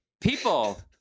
People